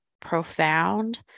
profound